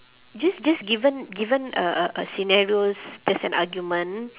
just just given given a a a scenarios there's an argument